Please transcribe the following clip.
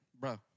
bro